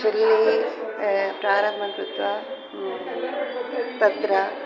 चुल्लीं प्रारम्भं कृत्वा तत्र